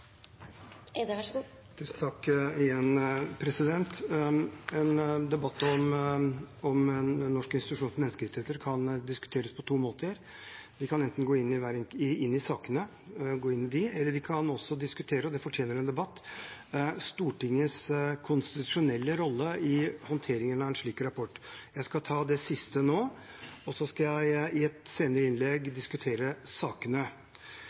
En debatt om Norges institusjon for menneskerettigheter kan foregå på to måter. Vi kan enten gå inn i sakene, eller vi kan diskutere – og det fortjener en debatt – Stortingets konstitusjonelle rolle i håndteringen av en slik rapport. Jeg skal ta det siste nå, og så skal jeg i et senere innlegg diskutere sakene.